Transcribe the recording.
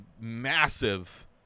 massive